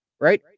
right